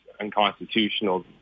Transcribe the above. unconstitutional